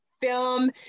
film